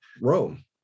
Rome